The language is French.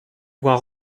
voir